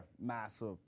massive